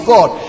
God